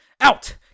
Out